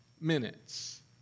minutes